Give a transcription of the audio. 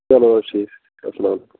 چَلو حظ ٹھیٖک چھُ اَسلامُ عَلیکُم